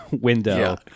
window